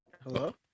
hello